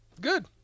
Good